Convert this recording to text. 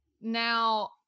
Now